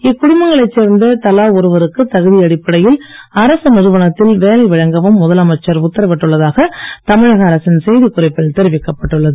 இக்குடும்பங்களைச் சேர்ந்த தலா ஒருவருக்கு தகுதி அடிப்படையில் அரசு நிறுவனத்தில் வேலை வழங்கவும் முதலமைச்சர் உத்தரவிட்டுள்ளதாக தமிழக அரசின் செய்திக் குறிப்பில் தெரிவிக்கப்பட்டுள்ளது